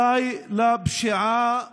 די לפשיעה הגואה,